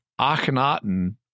Akhenaten